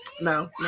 No